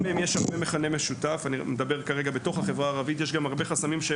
יש הרבה מכנה משותף בחסמים בתוך החברה הערבית,